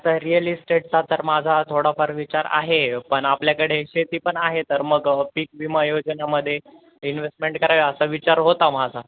त रियल इस्टेटचा तर माझा थोडाफार विचार आहे पन आपल्याकडे शेती पण आहे तर मग पीक विमा योजनामध्ये इन्व्हेस्टमेंट करावे असा विचार होता माझा